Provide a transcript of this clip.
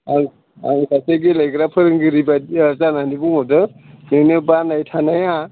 आं सासे गेलेग्रा फोरोंगिरिबायदि जानानै बुंहरदों नोंनि बानाय थानाया